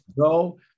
go